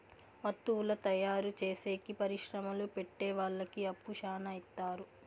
వత్తువుల తయారు చేసేకి పరిశ్రమలు పెట్టె వాళ్ళకి అప్పు శ్యానా ఇత్తారు